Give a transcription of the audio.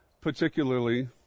particularly